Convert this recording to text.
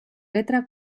letra